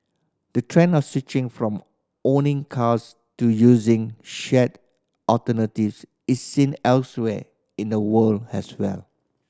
the trend of switching from owning cars to using shared alternatives is seen elsewhere in the world as well